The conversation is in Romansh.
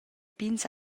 pigns